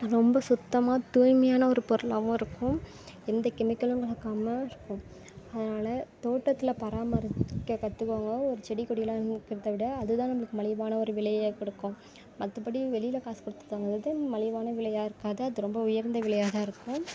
ரொம்ப சுத்தமாக துய்மையான ஒரு பொருளாகவும் இருக்கும் எந்த கெமிக்கலும் கலக்காமல் அதனால தோட்டத்தில் பராமரிக்க கற்றுக்கோங்க ஒரு செடிகொடியெல்லாம் விட அதுதான் நம்மளுக்கு மலிவான ஒரு விலையை கொடுக்கும் மற்றபடி வெளியில் காசு கொடுத்து வாங்குறது மலிவான விலையாக இருக்காது அது ரொம்ப உயர்ந்த விலையாக தான் இருக்கும்